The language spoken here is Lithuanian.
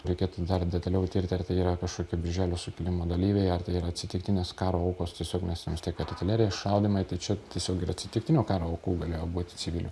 reikėtų dar detaliau tirti ar tai yra kažkokio birželio sukilimo dalyviai ar tai yra atsitiktinės karo aukos tiesiog nes ten vis tiek ir artilerijos šaudymai tiesiog ir atsitiktinių karo aukų galėjo būti civilių